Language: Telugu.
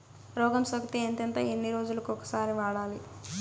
రోగం సోకితే ఎంతెంత ఎన్ని రోజులు కొక సారి వాడాలి?